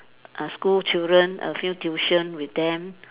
a school children a few tuition with them